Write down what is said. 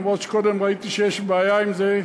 למרות שקודם ראיתי שיש בעיה עם זה,